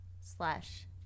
slash